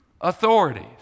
authorities